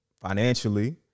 financially –